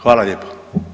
Hvala lijepo.